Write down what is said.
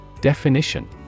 Definition